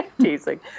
teasing